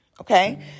okay